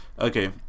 okay